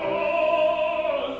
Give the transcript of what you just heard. oh